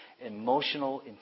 emotional